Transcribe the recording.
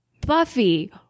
Buffy